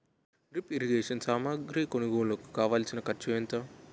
drip irrigation సామాగ్రి కొనుగోలుకు కావాల్సిన ఖర్చు ఎంత